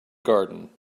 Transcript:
garden